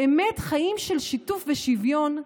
באמת, חיים של שיתוף ושוויון,